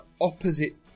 opposite